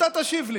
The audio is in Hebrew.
אתה תשיב לי.